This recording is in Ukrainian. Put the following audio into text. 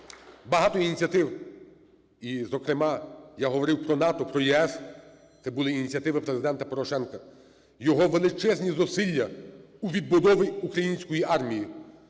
Багато ініціатив, і, зокрема, я говорив про НАТО, про ЄС – це були ініціативи Президента Порошенка. Його величезні зусилля у відбудові української армії,